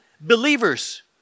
believers